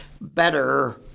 better